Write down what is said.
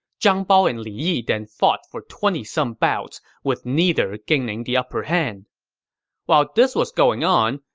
zhang bao and li yi then fought for twenty some bouts with neither gaining the upperhand while this was going on,